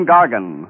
Gargan